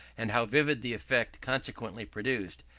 and how vivid the effect consequently produced,